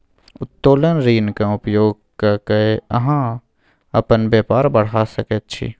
उत्तोलन ऋणक उपयोग क कए अहाँ अपन बेपार बढ़ा सकैत छी